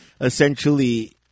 essentially